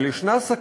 אבל יש סכנה